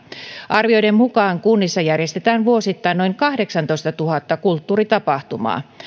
arvioiden mukaan kunnissa järjestetään vuosittain noin kahdeksantoistatuhatta kulttuuritapahtumaa